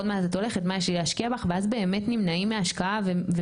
עוד מעט את הולכת מה יש לי להשקיע בך' ואז באמת נמנעים מהשקעה ונמנעים